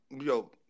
Yo